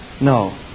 No